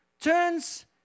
turns